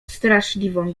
straszliwą